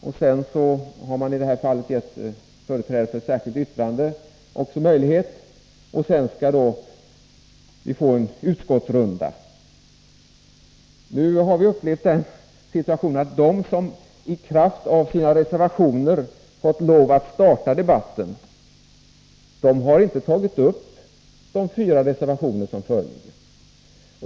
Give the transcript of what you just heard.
Därefter har man gett en företrädare för särskilt yttrande ordet. Sedan skall vi få en utskottsrunda. Nu har vi hamnat i den situationen att de som i kraft av sina reservationer fått lov att starta debatten inte har tagit upp de fyra reservationerna.